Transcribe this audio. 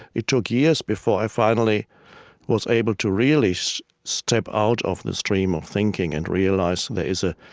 it took years before i finally was able to really so step out of the stream of thinking and realize there is a